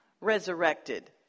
resurrected